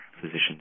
physicians